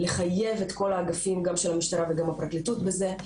לחייב את כל האגפים של המשטרה ושל הפרקליטות בזה.